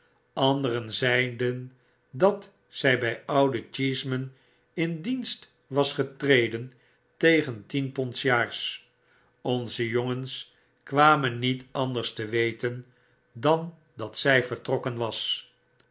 anderen zeiden dat zij by ouden cheeseman in dienst was getreden tegen tien pond s jaars onze jongens kwaraen niet anders te weten dan dat zy vertrokkenwas het was